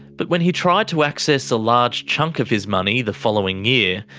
but when he tried to access a large chunk of his money the following year,